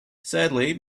sadly